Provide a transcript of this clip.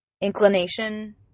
inclination